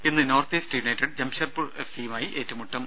ഇന്ന് North East United Jamshedpur എഫ്സിയുമായി ഏറ്റുമുട്ടും